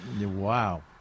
Wow